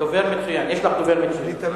דובר מצוין, יש לך דובר מצוין.